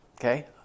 Okay